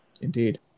Indeed